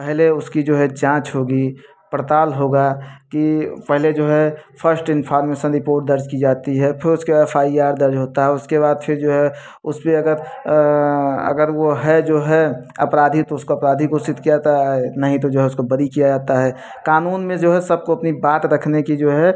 पहले उसकी जो है जाँच होगी पड़ताल होगा कि पहले जो है फस्ट इंफारमेसन रिपोर्ट दर्ज कि जाती है फिर उसके बाद एफ आई आर दर्ज होता है और उसके बाद फिर जो है उस पर अगर अगर वो है जो है अपराधी तो उसको अपराधी घोषित किया ता है नहीं तो जो है उसको बरी किया जाता है कानून में जो है सबको अपनी बात देखने की जो है